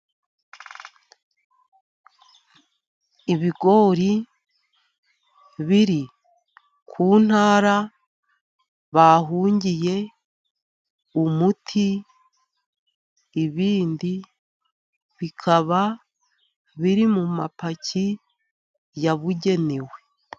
Ibigori biri ku ntara bahungiye umuti, ibindi bikaba biri mu mapaki yabugenewe.